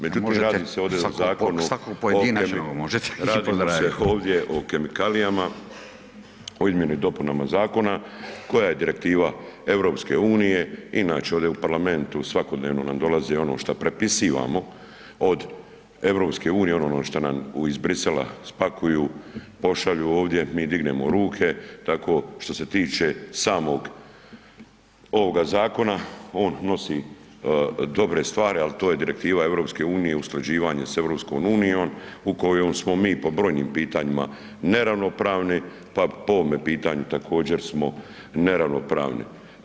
Međutim, [[Upadica: A možete svakog pojedinačno, možete i pozdraviti.]] radi se ovdje o zakonu, radi se ovdje o kemikalijama o izmjeni i dopunama zakona koja je direktiva EU, inače ovdje u parlamentu svakodnevno nam dolazi ono šta prepisivamo od EU ono šta nam iz Bruxellesa spakuju, pošalju ovdje, mi dignemo ruke, tako što se tiče samog ovoga zakona on nosi dobre stvari, al to je direktiva EU, usklađivanje s EU u kojoj smo mi po brojnim pitanjima neravnopravni, pa po ovome pitanju također smo neravnopravni.